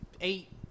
eight